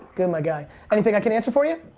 good my guy, anything i can answer for you?